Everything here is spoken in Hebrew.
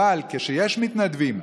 אבל כשיש מתנדבים,